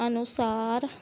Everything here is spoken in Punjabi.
ਅਨੁਸਾਰ